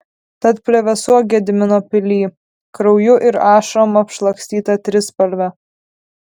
tad plevėsuok gedimino pily krauju ir ašarom apšlakstyta trispalve